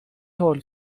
هول